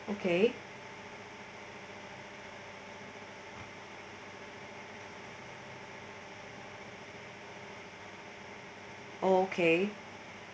okay okay